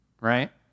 right